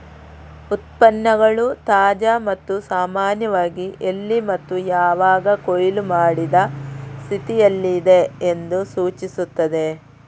ಉತ್ಪನ್ನಗಳು ತಾಜಾ ಮತ್ತು ಸಾಮಾನ್ಯವಾಗಿ ಎಲ್ಲಿ ಮತ್ತು ಯಾವಾಗ ಕೊಯ್ಲು ಮಾಡಿದ ಸ್ಥಿತಿಯಲ್ಲಿದೆ ಎಂದು ಸೂಚಿಸುತ್ತದೆ